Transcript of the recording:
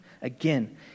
again